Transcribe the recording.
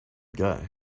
guy